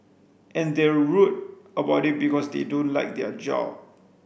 and they're rude about it because they don't like their job